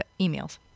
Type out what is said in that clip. emails